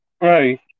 right